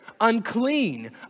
unclean